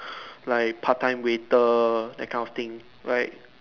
like part time waiter that kind of thing right